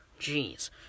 Jeez